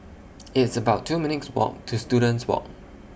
It's about two minutes' Walk to Students Walk